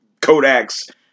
Kodak's